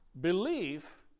belief